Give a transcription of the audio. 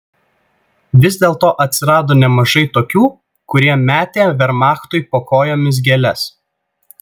vis dėlto atsirado nemažai tokių kurie metė vermachtui po kojomis gėles